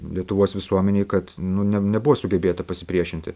lietuvos visuomenei kad nu ne nebuvo sugebėta pasipriešinti